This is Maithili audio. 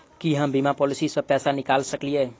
की हम बीमा पॉलिसी सऽ पैसा निकाल सकलिये?